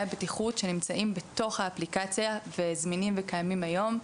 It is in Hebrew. הבטיחות שנמצאים בתוך האפליקציה וזמינים וקיימים היום.